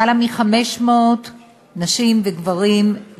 למעלה מ-500 נשים וגברים,